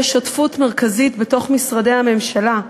שותפות מרכזית בתוך משרדי הממשלה.